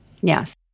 Yes